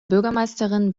bürgermeisterin